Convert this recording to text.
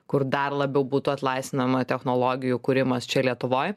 kur dar labiau būtų atlaisvinama technologijų kūrimas čia lietuvoj